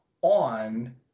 on